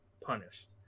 punished